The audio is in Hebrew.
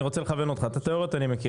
אני רוצה לכוון אותך את התאוריות אני מכיר